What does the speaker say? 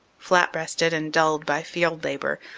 flat-breasted and dulled by field labor,